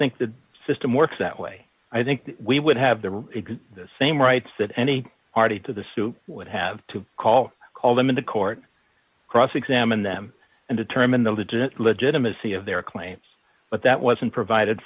think the system works that way i think we would have the same rights that any party to the suit would have to call call them in the court cross examine them and determine the legit legitimacy of their claims but that wasn't provided